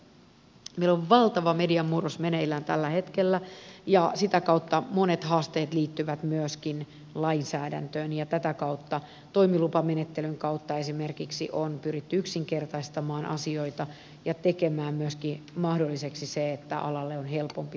meillä on valtava mediamurros meneillään tällä hetkellä ja sitä kautta monet haasteet liittyvät myöskin lainsäädäntöön ja tätä kautta toimilupamenettelyn kautta esimerkiksi on pyritty yksinkertaistamaan asioita ja tekemään myöskin mahdolliseksi se että alalle on helpompi tulla